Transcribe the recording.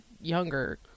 younger